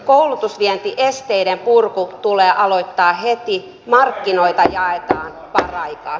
koulutusvientiesteiden purku tulee aloittaa heti markkinoita jaetaan paraikaa